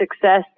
success